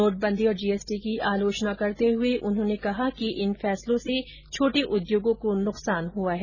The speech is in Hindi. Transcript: नोटबंदी और जीएसटी की आलोचना करते हुए उन्होंने कहा कि इन फैसलों से छोटे उद्योगों को नुकसान हुआ है